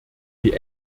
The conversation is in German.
die